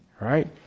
Right